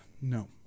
No